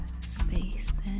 space